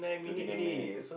twenty nine minutes